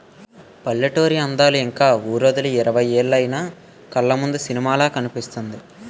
పల్లెటూరి అందాలు ఇంక వూరొదిలి ఇరవై ఏలైన కళ్లముందు సినిమాలా కనిపిస్తుంది